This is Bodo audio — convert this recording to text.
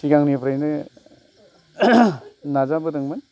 सिगांनिफ्राइनो नाजाबोदोंमोन